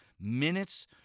minutes